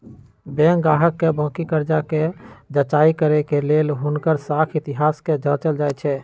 bank गाहक के बाकि कर्जा कें जचाई करे के लेल हुनकर साख इतिहास के जाचल जाइ छइ